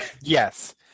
Yes